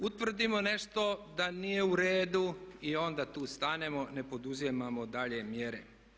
Utvrdimo nešto da nije u redu i onda tu stanemo, ne poduzimamo dalje mjere.